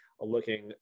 looking